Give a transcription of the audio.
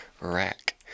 rack